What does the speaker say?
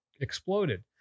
exploded